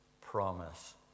promise